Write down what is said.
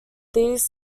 these